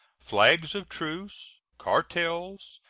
flags of truce, cartels,